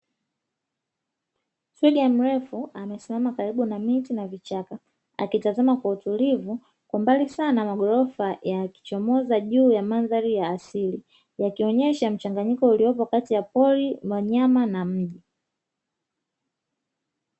Twiga mrefu amesimama karibu na miti na vichaka, akitazama kwa utulivu kwa mbali sana maghorfa yakichomoza juu ya mandhari ya asili; yakionyesha mchanganyiko uliopo kati ya pori, wanyama na mji.